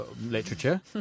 literature